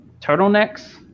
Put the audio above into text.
turtlenecks